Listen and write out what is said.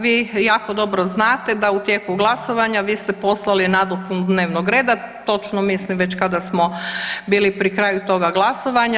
Vi jako dobro znate da u tijeku glasovanja vi ste poslali nadopunu dnevnog reda, točno mislim već kada smo bili pri kraju toga glasovanja.